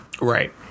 Right